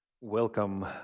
Welcome